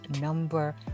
number